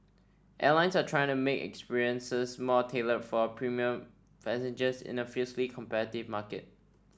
airlines are trying to make experiences more tailored for premium passengers in a fiercely competitive market